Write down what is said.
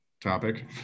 topic